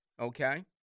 Okay